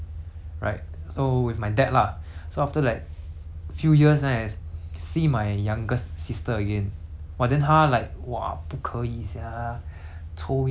few years eh see my youngest sister again but then 她 like !wah! 不可以 sia 抽烟 lah whatnot !wah! buay sai leh then 我就 think liao lor